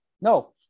No